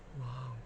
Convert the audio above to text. !wow!